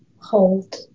Hold